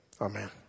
Amen